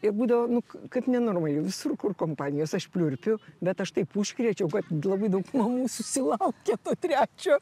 ir būdavo nu kaip nenormali visur kur kompanijos aš pliurpiu bet aš taip užkrėčiau kad labai daug mamų susilaukė to trečio